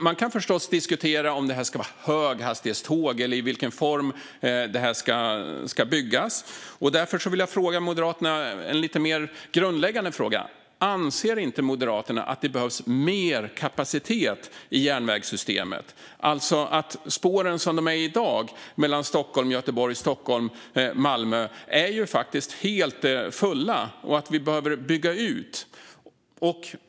Man kan förstås diskutera om det ska vara för höghastighetståg eller i vilken form det ska byggas. Därför skulle jag vilja ställa en lite mer grundläggande fråga till Moderaterna: Anser inte Moderaterna att det behövs mer kapacitet i järnvägssystemet? I dag är ju spåren mellan Stockholm och Göteborg och mellan Stockholm och Malmö faktiskt helt fulla, så de behöver byggas ut.